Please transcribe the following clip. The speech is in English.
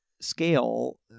scale